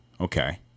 Okay